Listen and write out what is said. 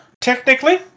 technically